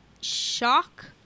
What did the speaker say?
shock